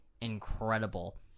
incredible